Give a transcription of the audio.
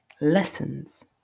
Lessons